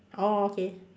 orh okay